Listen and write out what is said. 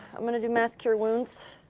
i'm going to do mass cure wounds